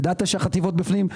ידעת שהחטיבות בפנים?